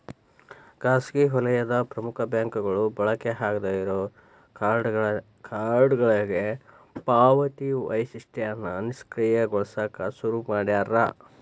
ಖಾಸಗಿ ವಲಯದ ಪ್ರಮುಖ ಬ್ಯಾಂಕ್ಗಳು ಬಳಕೆ ಆಗಾದ್ ಇರೋ ಕಾರ್ಡ್ನ್ಯಾಗ ಪಾವತಿ ವೈಶಿಷ್ಟ್ಯನ ನಿಷ್ಕ್ರಿಯಗೊಳಸಕ ಶುರು ಮಾಡ್ಯಾರ